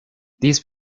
these